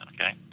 okay